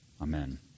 Amen